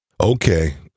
Okay